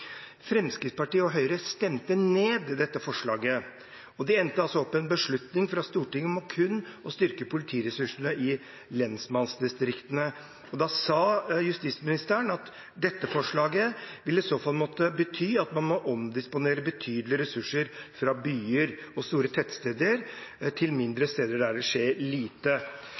Fremskrittspartiet og Høyre stemte ned dette forslaget, og det endte altså opp med en beslutning fra Stortinget om kun å styrke politiressursene i lensmannsdistriktene. Da sa justisministeren at dette forslaget i så fall ville måtte bety at man må omdisponere betydelige ressurser fra byer og store tettsteder til mindre steder der det skjer lite.